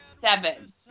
Seven